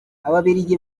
ababiligi